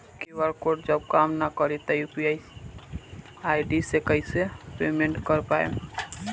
QR code जब काम ना करी त यू.पी.आई आई.डी से कइसे पेमेंट कर पाएम?